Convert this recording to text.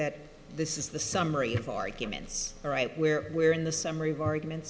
that this is the summary of arguments right where where in the summary of arguments